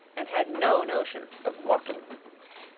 and had no notion of walking.